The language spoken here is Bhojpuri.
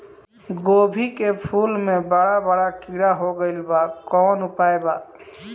गोभी के फूल मे बड़ा बड़ा कीड़ा हो गइलबा कवन उपाय बा?